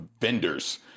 vendors